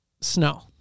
snow